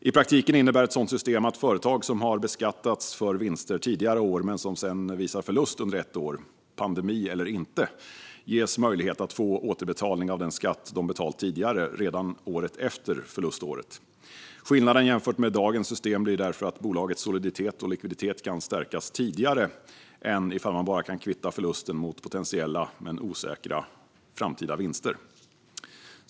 I praktiken innebär ett sådant system att företag som har beskattats för vinster tidigare år men som sedan visar förlust under ett år - pandemi eller inte - ges möjlighet att få återbetalning av den skatt de betalt tidigare redan året efter förluståret. Skillnaden jämfört med dagens system blir därför att bolagets soliditet och likviditet kan stärkas tidigare än om man bara kan kvitta förlusten mot potentiella, men osäkra, framtida vinster.